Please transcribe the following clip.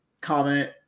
comment